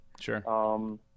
Sure